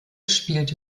spielte